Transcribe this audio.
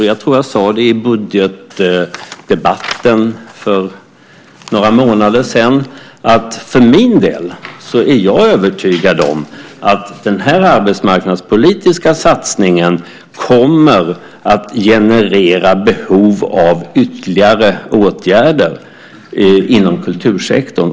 Jag tror att jag i budgetdebatten för några månader sedan sade att jag är övertygad om att den här arbetsmarknadspolitiska satsningen kommer att generera behov av ytterligare åtgärder inom kultursektorn.